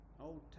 Old